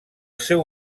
seu